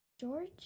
George